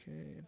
Okay